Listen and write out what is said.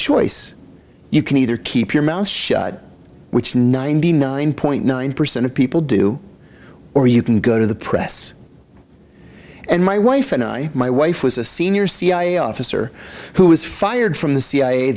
choice you can either keep your mouth shut which ninety nine point nine percent of people do or you can go to the press and my wife and i my wife was a senior cia officer who was fired from the c